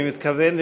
אני מתכוון,